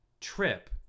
trip